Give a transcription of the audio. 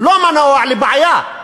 לא מנוע לבעיה.